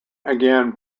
again